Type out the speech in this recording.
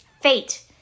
fate